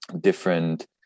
different